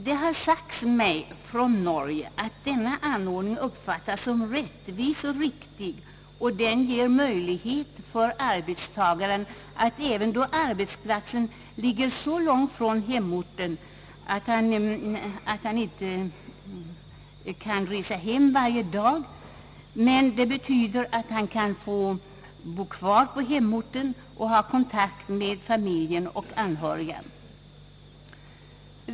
Det har sagts mig från Norge att denna anordning uppfattas som rättvis och riktig och att den ger möjlighet för arbetstagaren att även då arbetsplatsen ligger så långt från hemorten, att han inte kan resa hem varje dag, bo kvar i hemorten och ha kontakt med familj och anhöriga.